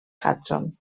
hudson